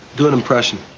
good impression.